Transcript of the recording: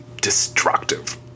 destructive